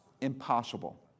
impossible